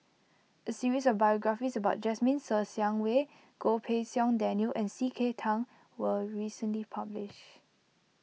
a series of biographies about Jasmine Ser Xiang Wei Goh Pei Siong Daniel and C K Tang was recently publish